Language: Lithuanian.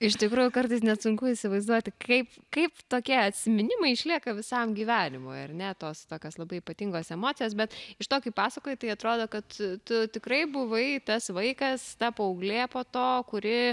iš tikrųjų kartais net sunku įsivaizduoti kaip kaip tokie atsiminimai išlieka visam gyvenimui ar ne tos tokios labai ypatingos emocijos bet iš to kaip pasakoji tai atrodo kad tu tikrai buvai tas vaikas ta paauglė po to kuri